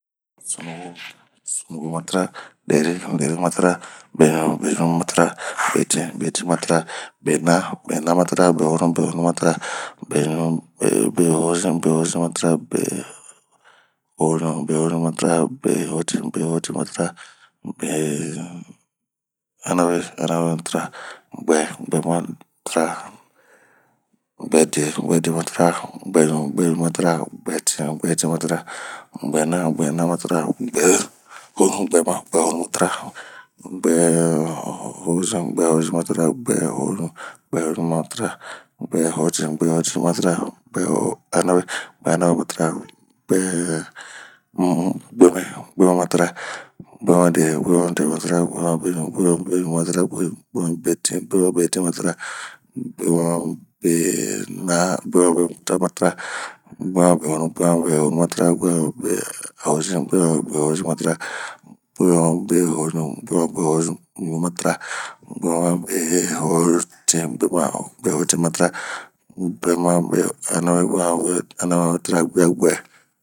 sunuwo, sunuwomatara, de'ere, de'erematara, beɲu, beɲumatara, betin, betinmatara, bena, benamatara, behonu, behonumatara, behozin, behozinmatara, behoɲu, behoɲumatara, behotin, behotinmatara, beanawe, beanawematara, beguɛ, beguɛatara, guɛde, guɛdematara, guɛɲu,